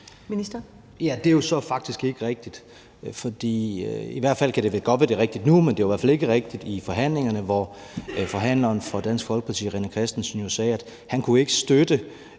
Jørgensen): Det er jo faktisk ikke rigtigt; det kan godt være, at det er rigtigt nu, men det var i hvert fald ikke rigtigt i forhandlingerne, hvor forhandleren for Dansk Folkeparti, hr. René Christensen, jo sagde, at han ikke kunne støtte,